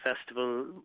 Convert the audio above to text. festival